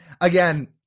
Again